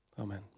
Amen